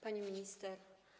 Pani Minister!